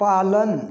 पालन